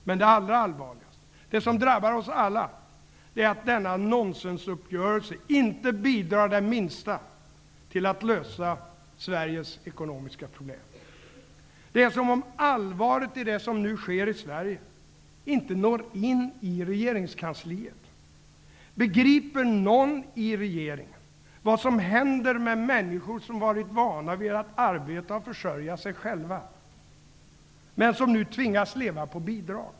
Men det allra allvarligaste, det som drabbar oss alla, är att denna nonsensuppgörelse inte bidrar det minsta till att lösa Sveriges ekonomiska problem. Det är som om allvaret i det som nu sker i Sverige inte når in i regeringskansliet. Begriper någon i regeringen vad som händer med människor, som har varit vana att arbeta och försörja sig själva, när de nu tvingas att leva på bidrag?